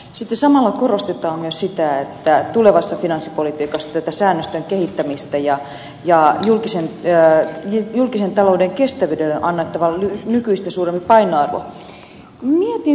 sitten samalla korostetaan myös tulevassa finanssipolitiikassa säännösten kehittämistä ja sitä että julkisen talouden kestävyydelle on annettava nykyistä suurempi painoarvo